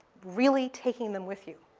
really taking them with you.